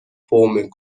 former